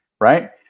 right